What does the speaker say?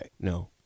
No